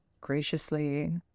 graciously